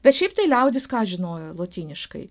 bet šiaip tai liaudis ką žinojo lotyniškai